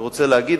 ואני רוצה להגיד,